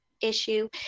issue